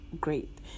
great